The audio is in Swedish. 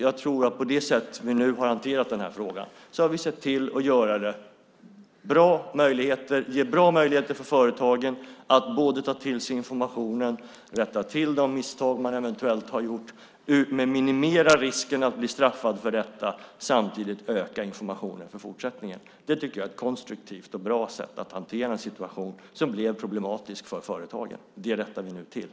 Jag tror att vi på det sätt som vi nu har hanterat frågan har sett till att ge bra möjligheter för företagen att både ta till sig informationen och rätta till de misstag de eventuellt har gjort. Vi minimerar risken att bli straffad för detta samtidigt som vi ser till att informationen ökar i fortsättningen. Det tycker jag är ett konstruktivt och bra sätt att hantera en situation som varit problematisk för företagen. Det rättar vi nu till.